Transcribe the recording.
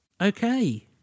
okay